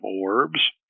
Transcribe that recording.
orbs